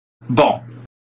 Bon